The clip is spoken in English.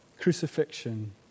crucifixion